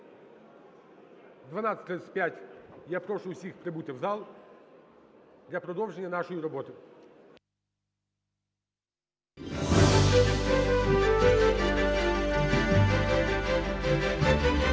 12:35 я прошу всіх прибути в зал для продовження нашої роботи.